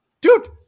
dude